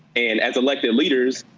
and as elected leaders,